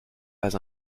pas